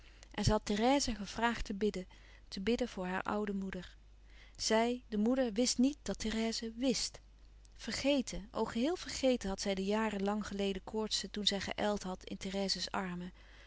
en zij had therèse gevraagd te bidden te bidden voor haar oude moeder zij de moeder wist niet dat therèse wist vergeten o geheel vergeten had zij de jaren lang geleden koortsen toen zij geijld had in therèse's armen